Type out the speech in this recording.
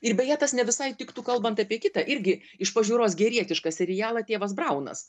ir beje tas ne visai tiktų kalbant apie kitą irgi iš pažiūros gerietišką serialą tėvas braunas